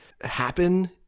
happen